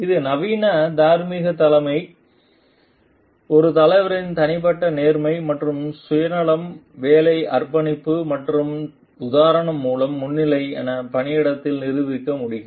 அது நவீன தார்மீக தலைமை ஒரு தலைவரின் தனிப்பட்ட நேர்மை மற்றும் சுயநலம் வேலை அர்ப்பணிப்பு மற்றும் உதாரணம் மூலம் முன்னணி என பணியிடத்தில் நிரூபிக்க முடியும்